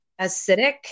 acidic